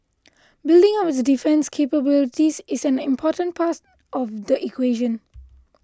building up its defence capabilities is an important part of the equation